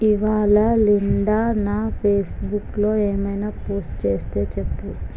ఇవాళ లిండా నా ఫేస్బుక్లో ఎమైనా పోస్ట్ చెస్తే చెప్పుము